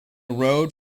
road